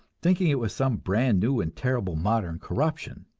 thinking it was some brand new and terrible modern corruption